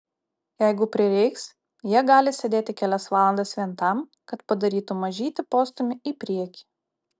jeigu prireiks jie gali sėdėti kelias valandas vien tam kad padarytų mažytį postūmį į priekį